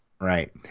Right